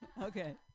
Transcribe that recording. Okay